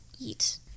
eat